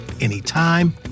anytime